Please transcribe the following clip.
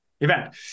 event